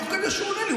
ותוך כדי שהוא עונה לי,